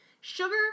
Sugar